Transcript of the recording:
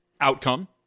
outcome